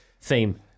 theme